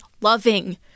loving